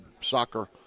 soccer